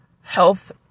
health